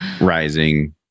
rising